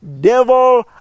devil